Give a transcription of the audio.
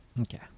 Okay